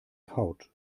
kaut